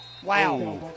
Wow